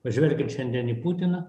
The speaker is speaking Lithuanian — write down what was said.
pažvelkit šiandien į putiną